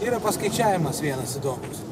yra paskaičiavimas vienas įdomus